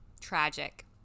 tragic